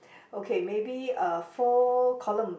okay maybe uh four columns